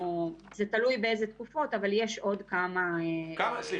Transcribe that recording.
תלוי באיזה תקופות יש עוד כמה --- סליחה,